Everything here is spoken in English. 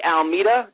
Almeida